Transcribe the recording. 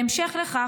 בהמשך לכך,